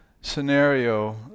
scenario